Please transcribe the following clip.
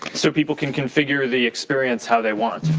so people can configure the experience how they want.